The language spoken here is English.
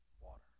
water